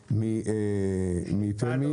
התשובה מפמי פרימיום.